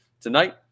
tonight